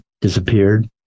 disappeared